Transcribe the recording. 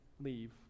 leave